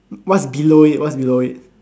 what's below it what's below it